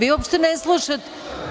Vi uopšte ne slušate.